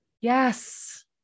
Yes